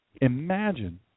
imagine